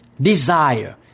desire